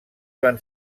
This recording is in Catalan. van